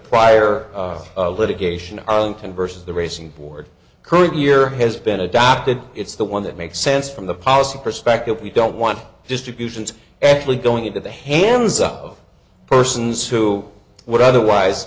prior litigation arlington vs the racing board current year has been adopted it's the one that makes sense from the policy perspective we don't want distributions actually going into the hands of persons who would otherwise